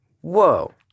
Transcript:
Whoa